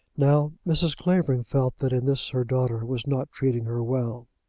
now, mrs. clavering felt that in this her daughter was not treating her well.